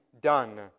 done